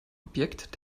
objekt